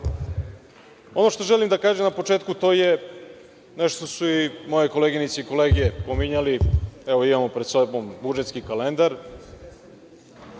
što želim da kažem na početku, to je nešto što su i moje koleginice i kolege pominjale, evo, imamo pred sobom budžetski kalendar.